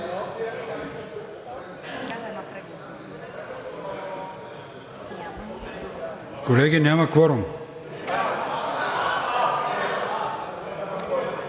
Колеги, няма кворум.